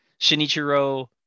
Shinichiro